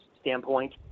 standpoint